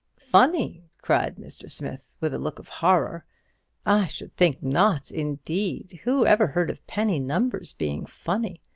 funny! cried mr. smith, with a look of horror i should think not, indeed. who ever heard of penny numbers being funny?